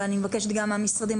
ואני מבקשת גם מהמשרדים,